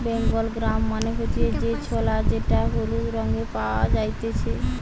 Bengal gram মানে হতিছে যে ছোলা যেটা হলুদ রঙে পাওয়া জাতিছে